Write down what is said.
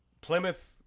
Plymouth